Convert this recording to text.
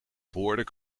boarden